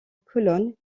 colonnes